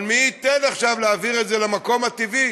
אבל מי ייתן עכשיו להעביר את זה למקום הטבעי,